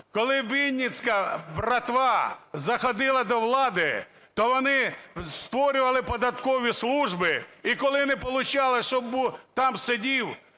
коли "вінницька братва" заходила до влади, то вони створювали податкові служби, і коли не получалось, щоб там сидів